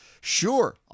Sure